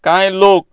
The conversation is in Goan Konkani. कांय लोक